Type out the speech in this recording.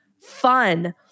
fun